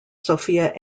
sophia